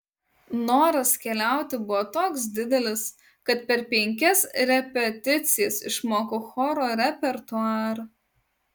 noras keliauti buvo toks didelis kad per penkias repeticijas išmokau choro repertuarą